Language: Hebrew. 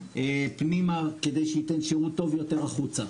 פנימה כדי שייתן שירות טוב יותר החוצה.